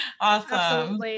Awesome